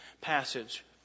passage